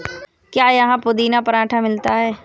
क्या यहाँ पुदीना पराठा मिलता है?